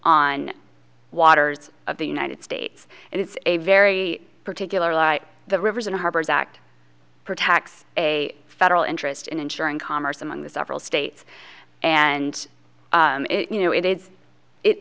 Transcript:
on waters of the united states and it's a very particular lie the rivers and harbors act for tax a federal interest in ensuring commerce among the several states and you know it is it